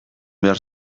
behar